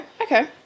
okay